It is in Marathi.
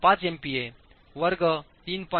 5 एमपीए वर्ग 3